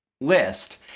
list